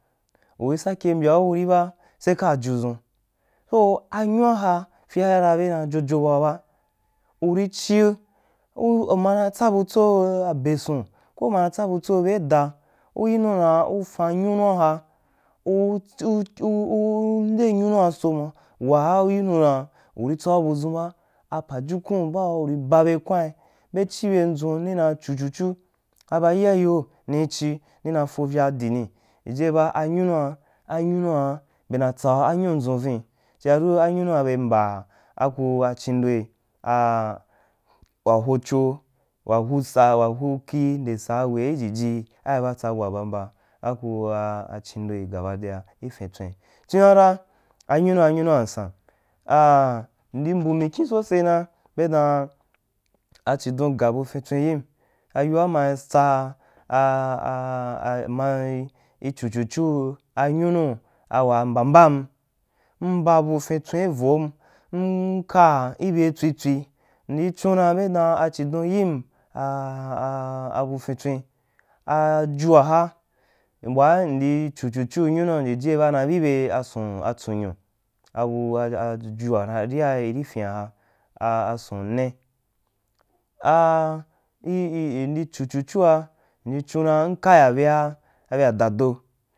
Uri sakyei mbyau wu ri ba se kaa judʒun, so anyu aha fyea ra bena jojo dʒun bau ba uri chiu u u mana tsabutso abesun ko umana tsa butso be eda u yinu dan u fan nyunya ka u u u u nde nyuma so ma waa u yinu ma uri tsaubudʒun ba ajajukun baa uri babe kwain be chi bendʒun nna chu chu chu, a ba iya yeu nii chī nina fovya dinì yiye ba nayu nua anyunua be na tsau ha anyin dʒun vin chiadʒu anyunua be mba akua chindoi aa wa hoch wa hu sa wa hukhi nde saa wai jiji ai ba tsa bua baba, aku aa chindoī gaba den i fintswìn chiina ra anyunua nyunua nsan aa mndi mkyin sose na be na a chidun ga bu finstwin yim ayoa mma tsa aa mmai i chu chu chu a nyunu wa mbambam, mba bu fintswea i vom n ka ibe tswi tswi ndi chunda be dana chidon yin a a a abufintswen aajua ha wa mdo chu chu chu yo nyunu na bi be e sun atsunyu abu a a aju arìa iri fin aha aa asun ne, a iri mri chu chu chu a ha m ri chun dan m ka ya bea a bea dado.